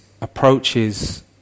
approaches